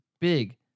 big